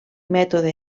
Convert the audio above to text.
mètode